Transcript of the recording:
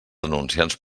anunciants